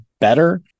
better